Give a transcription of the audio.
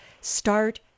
Start